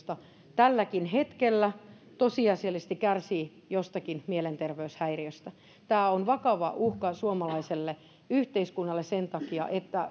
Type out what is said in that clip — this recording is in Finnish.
tälläkin hetkellä tosiasiallisesti kärsii jostakin mielenterveyshäiriöstä tämä on vakava uhka suomalaiselle yhteiskunnalle sen takia että